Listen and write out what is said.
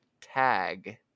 Tag